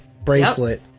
bracelet